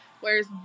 whereas